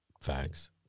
Facts